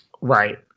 Right